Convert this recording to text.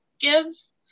gives